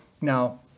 Now